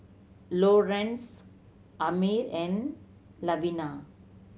Lorenz Amir and Lavina